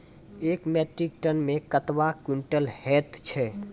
एक metric tonne मे कतवा क्वींटल हैत छै?